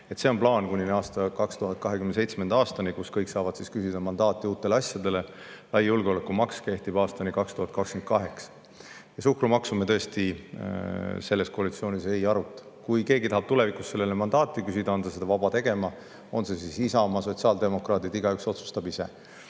See on plaan kuni 2027. aastani, kui kõik saavad küsida mandaati uutele asjadele. Lai julgeolekumaks kehtib aastani 2028. Suhkrumaksu me tõesti selles koalitsioonis ei aruta. Kui keegi tahab tulevikus sellele mandaati küsida, on ta vaba seda tegema – on see siis Isamaa või sotsiaaldemokraadid, igaüks otsustab ise.